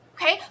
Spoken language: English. Okay